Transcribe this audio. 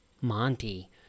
Monty